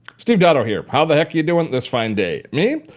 steve dotto here. how the heck are you doing this fine day? me?